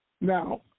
Now